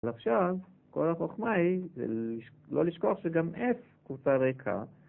ועכשיו, כל החוכמה היא זה לא לשכוח שגם F הוא קבוצה ריקה